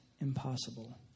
impossible